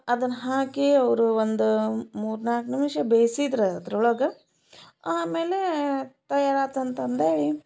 ಅದನ್ನು ಹಾಕಿ ಅವರು ಒಂದು ಮೂರುನಾಲ್ಕು ನಿಮಿಷ ಬೇಯ್ಸಿದ್ರೆ ಅದ್ರೊಳ್ಗೆ ಆಮೇಲೆ ತಯಾರಾತಂತಂದೇಳಿ